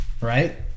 Right